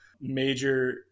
major